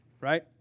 right